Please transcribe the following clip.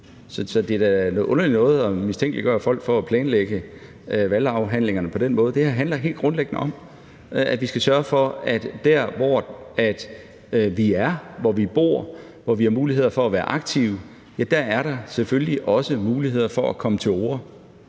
noget underligt noget at mistænkeliggøre folk for at planlægge valghandlingen på den måde. Det her handler helt grundlæggende om, at vi skal sørge for, at dér, hvor vi er, hvor vi bor, hvor vi har mulighed for at være aktive, er der selvfølgelig også mulighed for at komme til orde,